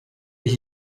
iki